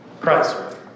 Christ